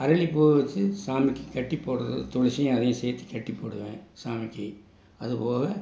அரளி பூவை வெச்சு சாமிக்கு கட்டி போடுறது துளசியும் அதையும் சேர்த்தி கட்டி போடுவேன் சாமிக்கு அதுபோக